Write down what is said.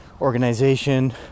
organization